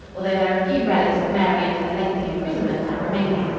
although there are few relics of mary and her lengthy imprisonment now remaining.